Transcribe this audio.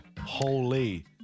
Holy